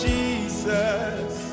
Jesus